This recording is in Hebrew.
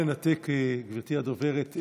גברתי הדוברת,